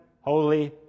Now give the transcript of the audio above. Holy